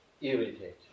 irritate